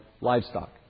livestock